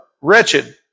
wretched